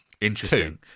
Interesting